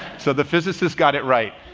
so the physicist got it right.